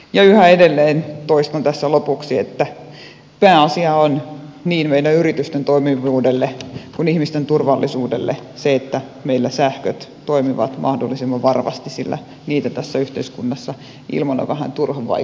ja yhä edelleen toistan tässä lopuksi että pääasia on niin meidän yritysten toimivuudelle kuin ihmisten turvallisuudelle se että meillä sähköt toimivat mahdollisimman varmasti sillä ilman niitä tässä yhteiskunnassa on vähän turhan vaikea elellä